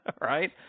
Right